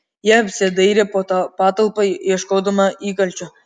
ji apsidairė po patalpą ieškodama įkalčių